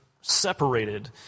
separated